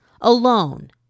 alone